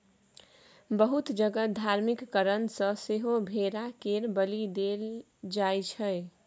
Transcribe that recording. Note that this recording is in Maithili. बहुत जगह धार्मिक कारण सँ सेहो भेड़ा केर बलि देल जाइ छै